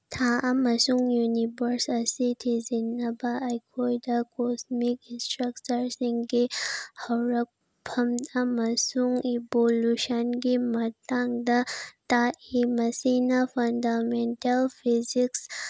ꯊꯥ ꯑꯃꯁꯨꯡ ꯌꯨꯅꯤꯚꯔꯁ ꯑꯁꯤ ꯊꯤꯖꯤꯟꯅꯕ ꯑꯩꯈꯣꯏꯗ ꯀꯣꯁꯃꯤꯛ ꯁꯇ꯭ꯔꯛꯆꯔ ꯁꯤꯡꯒꯤ ꯍꯧꯔꯛꯐꯝ ꯑꯃꯁꯨꯡ ꯏꯚꯣꯂꯨꯁꯟꯒꯤ ꯃꯇꯥꯡꯗ ꯇꯥꯛꯏ ꯃꯁꯤꯅ ꯐꯟꯗꯥꯃꯦꯟꯇꯦꯜ ꯐꯤꯖꯤꯛꯁ